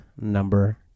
number